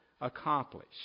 accomplished